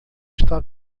está